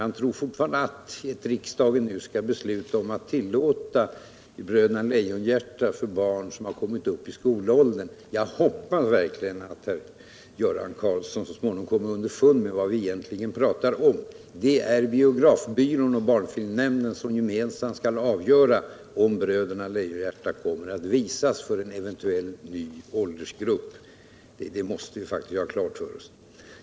Han tror fortfarande att riksdagen nu skall besluta om att tillåta Bröderna Lejonhjärta för barn som har kommit upp i skolåldern. Jag hoppas verkligen att Göran Karlsson så småningom kommer underfund med vad vi egentligen talar om. Det är biografbyrån och barnfilmnämnden som gemensamt skall avgöra om Bröderna Lejonhjärta kommer att visas för en ny åldersgrupp. Det måste vi ha klart för oss. Det är inte riksdagen.